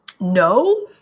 No